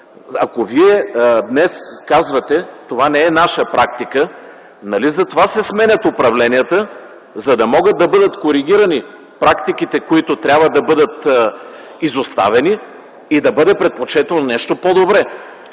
Ако вие днес казвате: „Това не е наша практика”, нали затова се сменят управленията, за да могат да бъдат коригирани практиките, които трябва да бъдат изоставени и да бъде предпочетено нещо по-добро.